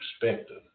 perspective